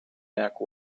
back